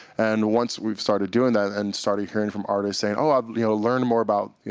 and once we've started doing that, and started hearing from artists saying, oh, i've, you know, learned more about, you